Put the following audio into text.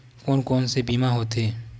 कोन कोन से बीमा होथे?